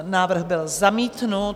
Návrh byl zamítnut.